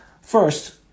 First